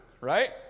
Right